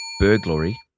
burglary